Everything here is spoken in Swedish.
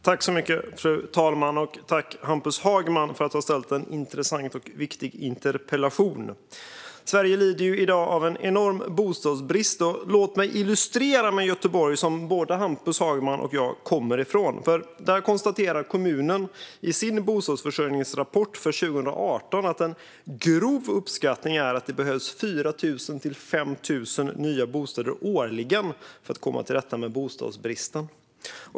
Fru talman! Jag tackar Hampus Hagman för att han har ställt en intressant och viktig interpellation. Sverige lider i dag av en enorm bostadsbrist. Låt mig illustrera med Göteborg, som både Hampus Hagman och jag kommer ifrån. Där konstaterar nämligen kommunen i sin bostadsförsörjningsrapport för 2018 att en grov uppskattning är att det behövs 4 000-5 000 nya bostäder årligen för att komma till rätta med bostadsbristen.